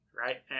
right